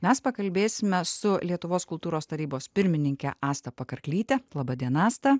mes pakalbėsime su lietuvos kultūros tarybos pirmininke asta pakarklyte laba diena asta